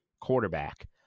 quarterback